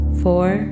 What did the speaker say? four